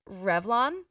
Revlon